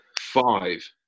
Five